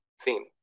theme